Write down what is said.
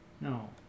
no